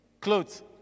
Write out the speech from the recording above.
Clothes